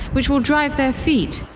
which will drive their feet.